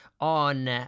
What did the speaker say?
on